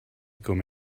come